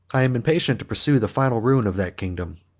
i am impatient to pursue the final ruin of that kingdom,